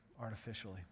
artificially